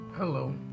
Hello